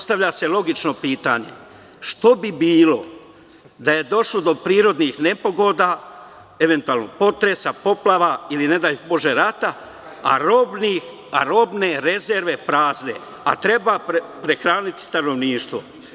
Postavlja se logično pitanje – šta bi bilo da je došlo do prirodnih nepogoda, eventualno potresa, poplava ili ne daj Bože rata, a robne rezerve prazne, treba prehraniti stanovništvo?